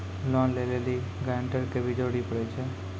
Loan लै लेली guarantor के भी जरूरी पड़ै छै?